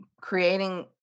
creating